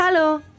Hallo